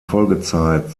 folgezeit